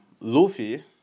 Luffy